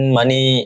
money